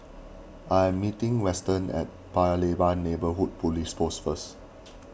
I am meeting Weston at Paya Lebar Neighbourhood Police Post first